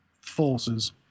forces